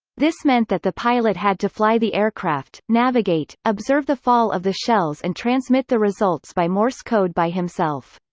this meant that the pilot had to fly the aircraft, navigate, observe the fall of the shells and transmit the results by morse code by himself.